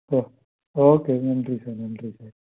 ஓ okay நன்றி sir நன்றி sir